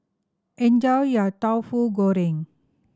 enjoy your Tauhu Goreng